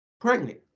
pregnant